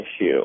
issue